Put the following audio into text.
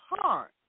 heart